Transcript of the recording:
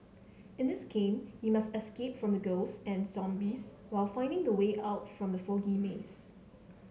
in this game you must escape from ghosts and zombies while finding the way out from the foggy maze